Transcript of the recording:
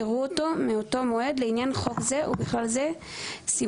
יראו אותו מאותו מועד לעניין חוק זה ובכלל זה סימן